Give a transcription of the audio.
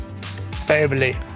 Family